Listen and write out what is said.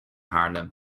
haarlem